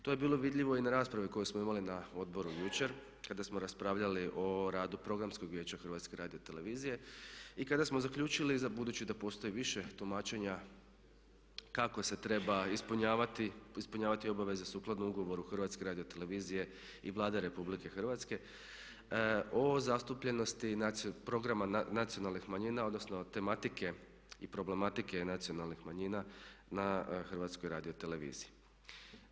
To je bilo vidljivo i na raspravi koju smo imali na odboru jučer kada smo raspravljali o radu Programskog vijeća HRT-a i kada smo zaključili budući da postoji više tumačenja kako se treba ispunjavati obveze sukladno ugovoru HRT-a i Vlade RH o zastupljenosti programa nacionalnih manjina odnosno tematike i problematike nacionalnih manjina na HRT-u.